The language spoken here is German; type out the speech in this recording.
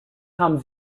haben